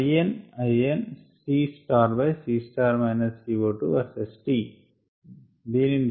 ln CC CO2 vs t దీనిని చూడండి